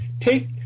Take